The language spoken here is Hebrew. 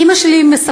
אימא שלי מספרת